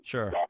Sure